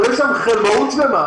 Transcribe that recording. אבל יש שם חלמאות שלמה,